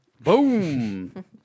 Boom